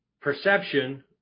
perception